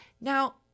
Now